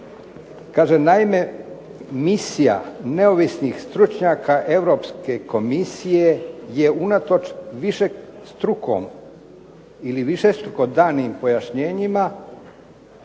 Kaže naime, Misija neovisnih stručnjaka Europske komisije je unatoč višestruko danim pojašnjenjima,